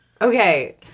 Okay